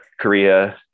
Korea